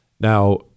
Now